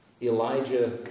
Elijah